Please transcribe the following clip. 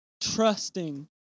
trusting